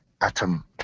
atom